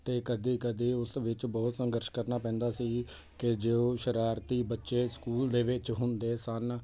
ਅਤੇ ਕਦੇ ਕਦੇ ਉਸ ਵਿੱਚ ਬਹੁਤ ਸੰਘਰਸ਼ ਕਰਨਾ ਪੈਂਦਾ ਸੀ ਕਿ ਜੋ ਸ਼ਰਾਰਤੀ ਬੱਚੇ ਸਕੂਲ ਦੇ ਵਿੱਚ ਹੁੰਦੇ ਸਨ